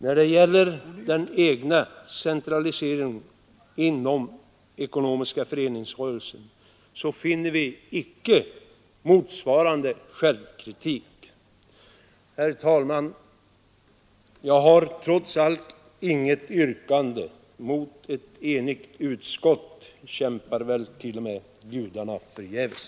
När det gäller den egna centraliseringen inom den ekonomiska föreningsrörelsen finner vi inte motsvarande självkritik. Herr talman! Jag har trots allt inget yrkande. Mot ett enigt utskott kämpar väl t.o.m. gudarna förgäves.